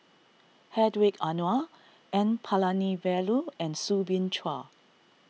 Hedwig Anuar N Palanivelu and Soo Bin Chua